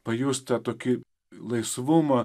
pajust tą tokį laisvumą